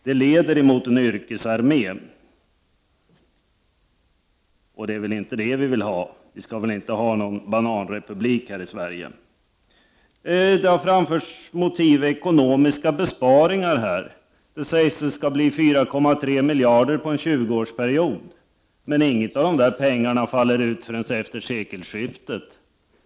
Det leder i riktning mot en yrkesarmé, och det är väl inte vad vi vill ha. Vi skall väl inte ha någon bananrepublik här i Sverige. Som motiv har här anförts ekonomiska besparingar, och det sägs att det skall bli 4,3 miljarder på en 20-årsperiod. Men ingenting av dessa pengar faller ut förrän efter sekelskiftet.